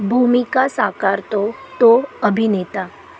भूमिका साकारतो तो अभिनेता